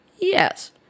Yes